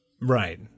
Right